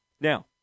Now